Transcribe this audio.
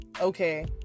okay